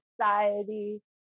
society